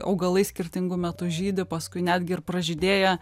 augalai skirtingu metu žydi paskui netgi ir pražydėję